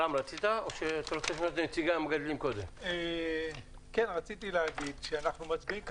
רם בן ברק (יש עתיד תל"ם): רציתי להגיד שאנחנו מצביעים כאן,